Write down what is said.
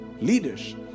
leaders